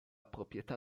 proprietà